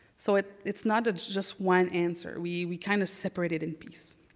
so it's it's not just one answer. we we kind of cber rated in piece.